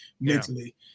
mentally